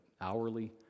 hourly